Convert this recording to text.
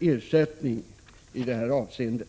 ersättning i detta avseende.